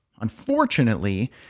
Unfortunately